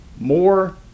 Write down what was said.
more